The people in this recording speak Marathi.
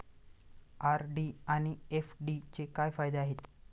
आर.डी आणि एफ.डीचे काय फायदे आहेत?